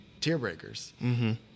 Tearbreakers